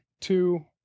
Two